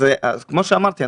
אז כמו שאמרתי,